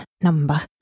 number